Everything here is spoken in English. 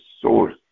source